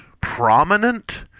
prominent